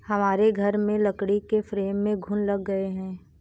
हमारे घर में लकड़ी के फ्रेम में घुन लग गए हैं